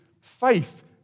faith